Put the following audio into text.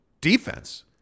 defense